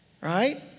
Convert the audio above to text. right